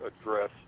address